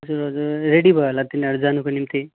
हजुर हजुर रेडी भयो होला तिनीहरू जानुको निम्ति